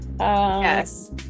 Yes